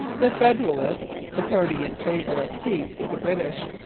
the federalists, the party in favour of peace with the british,